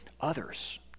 others